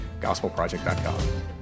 gospelproject.com